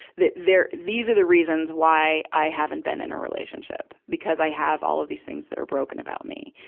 that there, these are the reasons why i haven't been in a relationship, because i have all of these things that are broken about me.